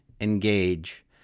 engage